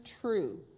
true